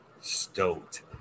stoked